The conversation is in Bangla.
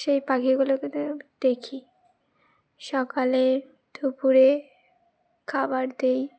সেই পাখিগুলোকে দে দেখি সকালে দুপুরে খাবার দিই